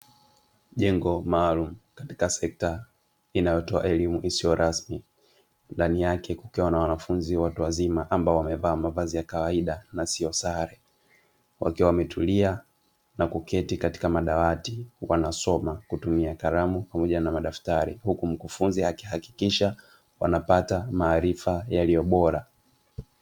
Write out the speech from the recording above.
Jengo maalumu katika sekta inayotoa elimu isiyo rasmi, ndani yake kukiwa na wanafunzi watu wazima ambao wamevaa mavazi ya kawaida na sio sare, wakiwa wametulia na kuketi katika madawati, wanasoma kwa kutumia karamu pamoja na madaftari, huku mkufunzi akiakikisha wanapata mafunzo yaliyobora.